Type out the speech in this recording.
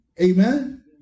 Amen